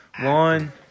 one